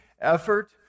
effort